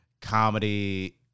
comedy